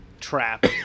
trap